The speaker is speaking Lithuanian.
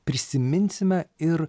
prisiminsime ir